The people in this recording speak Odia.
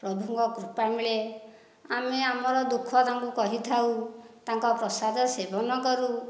ପ୍ରଭୁଙ୍କ କୃପା ମିଳେ ଆମେ ଆମର ଦୁଃଖ ତାଙ୍କୁ କହିଥାଉ ତାଙ୍କ ପ୍ରସାଦସେବନ କରୁ